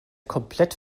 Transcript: komplett